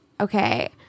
Okay